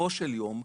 בסופו של יום,